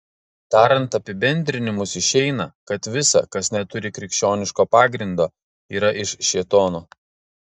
darant apibendrinimus išeina kad visa kas neturi krikščioniško pagrindo yra iš šėtono